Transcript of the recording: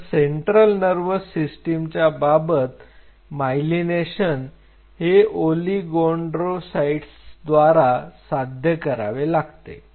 तर central nervous सिस्टीमच्या बाबत मायलीनेशन हे ओलीगोडेंडरोसाईटद्वारा साध्य करावे लागते